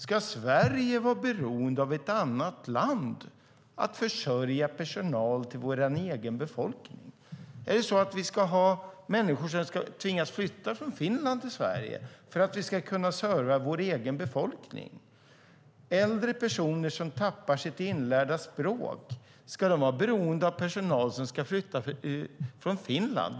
Ska vi i Sverige vara beroende av ett annat land för att kunna få personal till vår egen befolkning? Ska människor tvingas flytta från Finland till Sverige för att vi ska kunna serva vår egen befolkning? Ska äldre personer som tappar sitt inlärda språk vara beroende av personal som ska flytta från Finland?